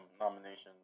nominations